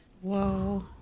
Whoa